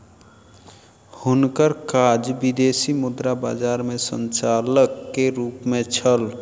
हुनकर काज विदेशी मुद्रा बजार में संचालक के रूप में छल